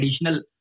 additional